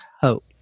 hope